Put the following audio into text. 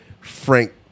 Frank